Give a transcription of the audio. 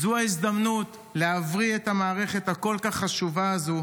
זו ההזדמנות להבריא את המערכת הכל-כך חשובה הזו,